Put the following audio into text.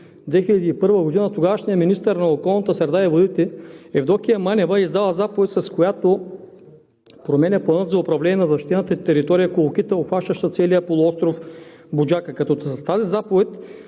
2001 г., тогавашният министър на околната среда и водите Евдокия Манева е издала заповед, с която променя плана за управление на защитената територия „Колокита“, обхващаща целия полуостров Буджака, като с тази заповед